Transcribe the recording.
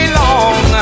long